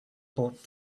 bought